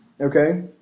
Okay